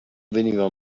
veniva